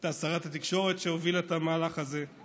היא הייתה שרת התקשורת שהובילה את המהלך הזה.